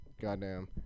Goddamn